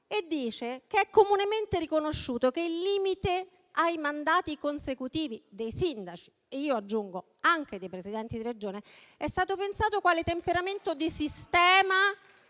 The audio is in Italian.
dice che è comunemente riconosciuto che il limite ai mandati consecutivi dei sindaci - e io aggiungo anche dei Presidenti di Regione - è stato pensato quale temperamento di sistema.